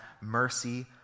mercy